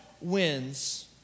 wins